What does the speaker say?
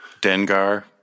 Dengar